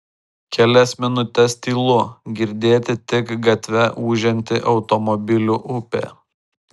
kelias minutes tylu girdėti tik gatve ūžianti automobilių upė